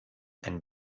ein